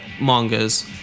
mangas